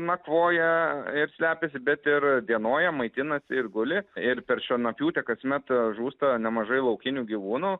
nakvoja ir slepiasi bet ir dienoja maitinasi ir guli ir per šienapjūtę kasmet žūsta nemažai laukinių gyvūnų